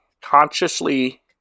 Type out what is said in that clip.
consciously